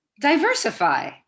diversify